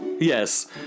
Yes